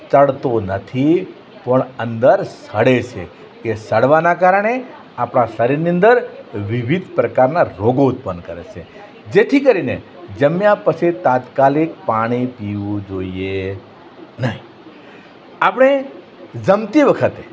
ચડતો નથી પણ અંદર સડે છે એ સડવાના કારણે આપડા શરીરની અંદર વિવિધ પ્રકારના રોગો ઉત્પન કરે છે જેથી કરીને જમ્યા પછી તાત્કાલિક પાણી પીવું જોઈએ નહીં આપણે જમતી વખતે